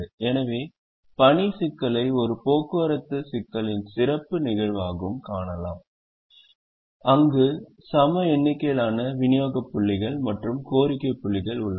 எனவே பணி சிக்கலை ஒரு போக்குவரத்து சிக்கலின் சிறப்பு நிகழ்வாகவும் காணலாம் அங்கு சம எண்ணிக்கையிலான விநியோக புள்ளிகள் மற்றும் கோரிக்கை புள்ளிகள் உள்ளன